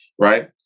right